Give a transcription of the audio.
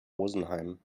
rosenheim